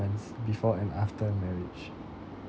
before and after marriage